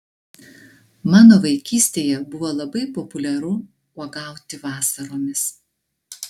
mano vaikystėje buvo labai populiaru uogauti vasaromis